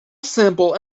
sample